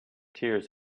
tears